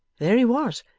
there he was,